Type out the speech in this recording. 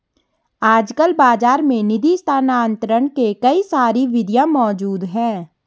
आजकल बाज़ार में निधि स्थानांतरण के कई सारी विधियां मौज़ूद हैं